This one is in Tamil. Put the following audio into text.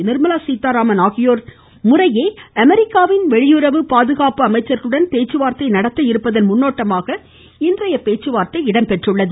நிர்மலா சீதாராமன் ஆகியோர் முறையே அமெரிக்காவின் வெளியுறவு பாதுகாப்பு அமைச்சர்களுடன் பேச்சுவார்த்தை நடத்த இருப்பதன் முன்னோட்டமாக இன்றைய பேச்சுவார்த்தை நடைபெறுகிறது